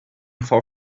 for